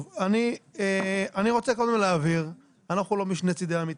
אני רוצה קודם להבהיר, אנחנו לא משני צידי המתרס.